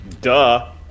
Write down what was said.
Duh